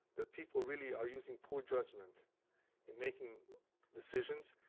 that people really are using poor judgment in making decisions.